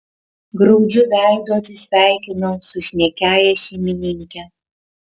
graudžiu veidu atsisveikinau su šnekiąja šeimininke